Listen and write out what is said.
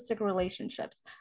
relationships